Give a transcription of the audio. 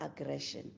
aggression